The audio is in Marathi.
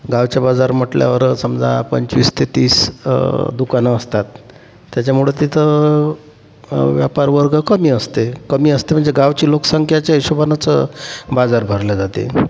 गावच्या बाजार म्हटल्यावर समजा पंचवीस ते तीस दुकानं असतात त्याच्यामुळं तिथं व्यापार वर्ग कमी असते कमी असते म्हणजे गावची लोकसंख्येच्या हिशोबानंच बाजार भरला जाते